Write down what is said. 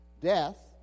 death